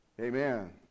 Amen